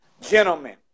gentlemen